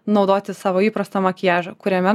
naudoti savo įprastą makiažą kuriame